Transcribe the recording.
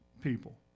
people